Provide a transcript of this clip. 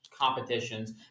competitions